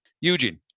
Eugene